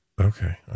Okay